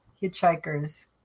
Hitchhiker's